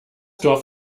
dorf